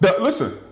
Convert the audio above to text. listen